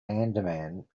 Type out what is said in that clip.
andaman